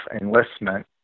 enlistment